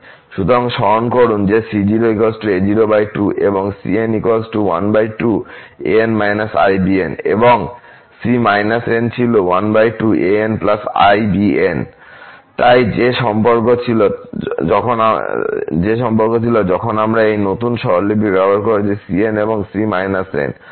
সুতরাং স্মরণ করুন যে c0 a02 এবং এবং c−n ছিল তাই যে সম্পর্ক ছিল যখন আমরা এই নতুন স্বরলিপি ব্যবহার করেছি cn এবং c−n